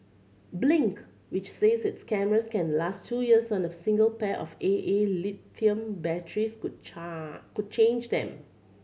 Blink which says its cameras can last two years on a single pair of A A lithium batteries could could change them